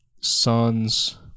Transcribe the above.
son's